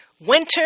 Winter